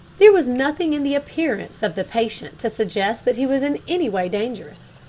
there was nothing in the appearance of the patient to suggest that he was in any way dangerous.